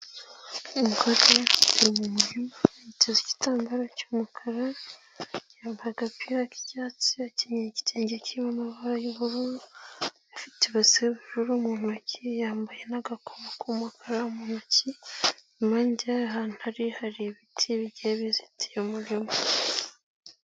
Umukobwa uhagaze mu murima yiteza igitambaro cy'umukara, yambaye agapira k'icyatsi, akenyeye igitenge cy'amabara y'ubururu, afite ibase y'ubururu mu ntoki, yambaye n'agakoma k'umukara mu ntoki, inyuma y'inzu ahantu ari hari ibiti bigiye bizitiye inyuma.